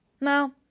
No